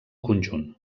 conjunt